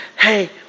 Hey